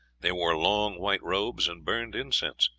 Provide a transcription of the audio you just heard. they wore long white robes and burned incense.